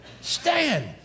Stand